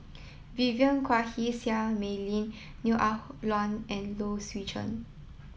Vivien Quahe Seah Mei Lin Neo Ah Luan and Low Swee Chen